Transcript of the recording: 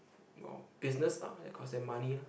no business lah that cost them money lah